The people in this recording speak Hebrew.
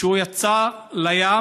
שהוא יצא לים.